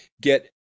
get